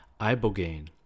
Ibogaine